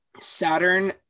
Saturn